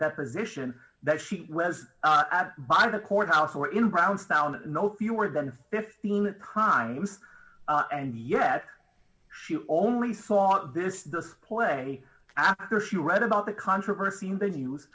deposition that she was by the courthouse or in brownstone no fewer than fifteen times and yet she only saw this display after she read about the controversy in the news